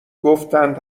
گفتند